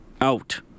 out